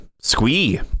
squee